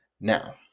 Now